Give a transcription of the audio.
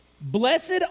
Blessed